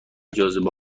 جاذبه